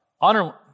honor